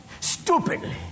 stupidly